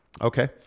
Okay